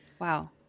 Wow